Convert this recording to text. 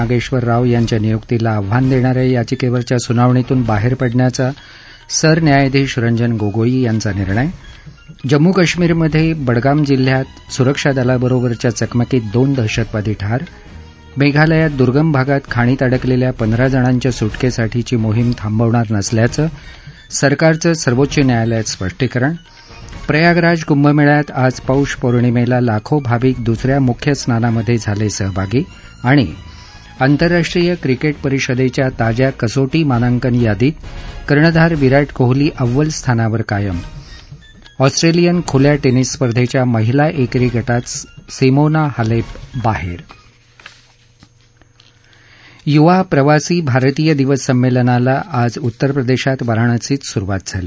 नागेश्वर राव यांच्या नियुक्तीला आव्हांन देणाऱ्या याचिकेवरच्या सुनावणीतुन बाहेर पडण्याचा सरन्यायाधीश रंजन गोगोई यांचा निर्णय जम्मू काश्मीरमध्ये बडगाम जिल्ह्यात सुरक्षा दलाबरोबरच्या चकमकीत दोन दहशतवादी ठार मेघालयात दुर्गम भागात खाणीत अडकलेल्या पंधराजणांच्या सु किसाठीची मोहीम थांबवणार नसल्याचं सरकारचं सर्वोच्च न्यायालयात स्पष्टीकरण प्रयागराज कुंभमेळ्यात आज पौंष पौणिमेला लाखो भाविक दुसऱ्या मुख्य स्नाननामधे झाले सहभागी आंतरराष्ट्रीय क्रिके परिषदेच्या ताज्या कसो ी मानांकन यादीत कर्णधार विरा कोहली अव्वल स्थानावर कायम ऑस्ट्रेलियन खुल्या भिस स्पर्धेच्या महिला एकेरी ग ित सिमोना हालेप बाहेर युवा प्रवासी भारतीय दिवस संमेलनाला आज उत्तरप्रदेशात वाराणसीत सुरुवात झाली